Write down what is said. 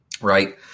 right